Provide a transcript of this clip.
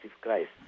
Christ